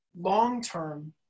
long-term